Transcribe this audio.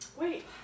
Wait